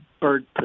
bird